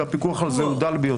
והפיקוח על זה הוא דל ביותר.